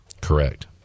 correct